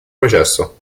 processo